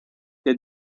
the